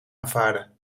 aanvaarden